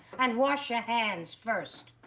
and wash your hands first.